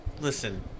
Listen